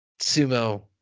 sumo